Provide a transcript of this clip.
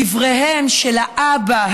דבריהם של האבא,